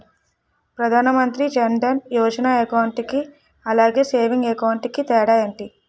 Pradhan Mantri Jan Dhan Yojana account కి అలాగే savings account కి తేడా ఏంటి?